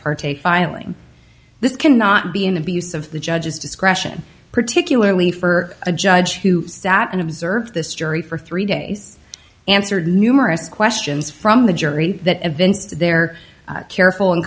parte filing this cannot be an abuse of the judge's discretion particularly for a judge who sat and observed this jury for three days answered numerous questions from the jury that evinced their careful and